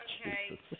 Okay